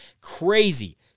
Crazy